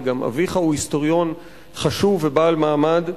וגם אביך הוא היסטוריון חשוב ובעל מעמד,